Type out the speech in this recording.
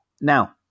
now